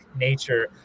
nature